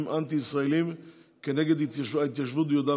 אנטי-ישראליים כנגד ההתיישבות ביהודה,